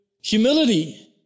humility